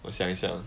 我想一想